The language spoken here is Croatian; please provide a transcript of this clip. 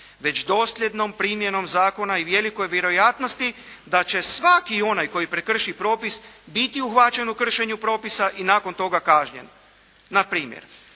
već dosljednom primjenom zakona i velikoj vjerojatnosti da će svaki onaj koji prekrši propis biti uhvaćen u kršenju propisa i nakon toga kažnjen. Na primjer,